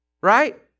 Right